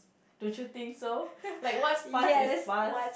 don't you think so like what's passed is passed